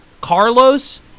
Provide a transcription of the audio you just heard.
Carlos